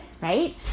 right